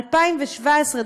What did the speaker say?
2017,